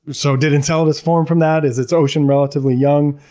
so did enceladus form from that? is its ocean relatively young?